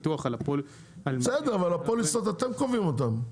אבל הפוליסות אתם קובעים אותם.